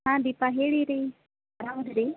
ಹಾಂ ದೀಪ ಹೇಳಿ ರೀ ಆರಾಮ ಅದೀರ